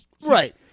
Right